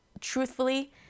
truthfully